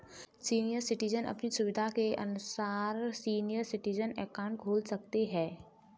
senior citizen अपनी सुविधा के अनुसार सीनियर सिटीजन अकाउंट खोल सकते है